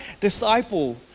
disciple